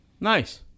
nice